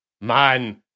man